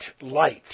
light